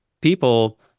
people